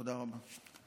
תודה רבה.